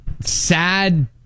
sad